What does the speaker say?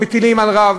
מטילים על רב,